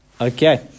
Okay